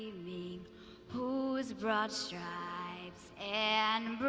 i mean whose broad stripes and